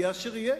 יהיה אשר יהיה.